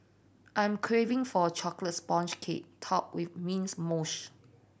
I'm craving for chocolates sponge cake top with mint mousse